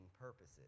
purposes